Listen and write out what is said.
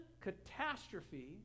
catastrophe